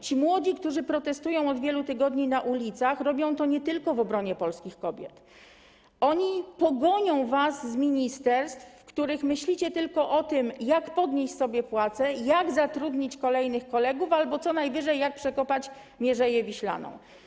Ci młodzi, którzy protestują od wielu tygodni na ulicach, robią to nie tylko w obronie polskich kobiet, oni pogonią was z ministerstw, w których siedzicie i myślicie tylko o tym, jak podnieść sobie płace, jak zatrudnić kolejnych kolegów albo co najwyżej jak przekopać Mierzeję Wiślaną.